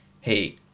hey